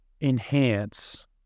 enhance